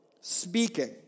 speaking